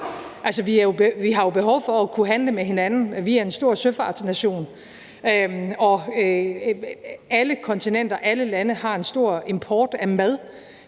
Afrika. Vi har jo behov for at kunne handle med hinanden. Vi er en stor søfartsnation, og alle kontinenter, alle lande, har en stor import af mad